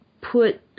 put